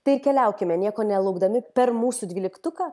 tai keliaukime nieko nelaukdami per mūsų dvyliktuką